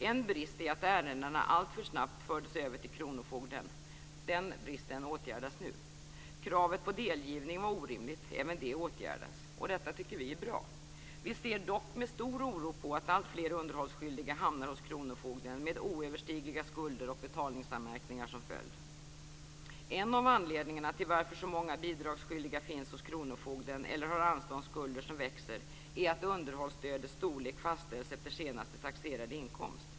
En brist är att ärenden alltför snabbt fördes över till kronofogden. Denna brist åtgärdas nu. Kravet på delgivning var orimligt. Även det åtgärdas. Detta tycker vi är bra. Vi ser dock med stor oro på att alltfler underhållsskyldiga hamnar hos kronofogden med oöverstigliga skulder och betalningsanmärkningar som följd. En av anledningarna till att så många bidragsskyldiga finns hos kronofogden eller har anståndsskulder som växer är att underhållsstödets storlek fastställs efter senast taxerad inkomst.